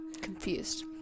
Confused